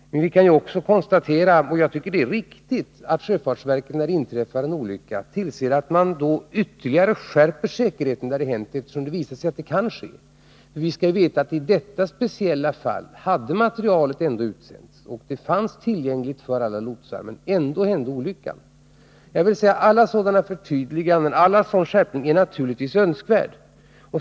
Men vi kan också konstatera — och jag tycker det är riktigt — att sjöfartsverket, när det inträffar en olycka, tillser att man då ytterligare skärper säkerheten där det hänt, eftersom det visat sig att en olycka kan ske. Vi skall veta att i detta speciella fall hade materialet ändå utsänts och det fanns tillgängligt för alla lotsar, men ändå hände olyckan. Alla sådana förtydliganden och alla sådana skärpningar är naturligtvis önskvärda.